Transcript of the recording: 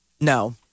No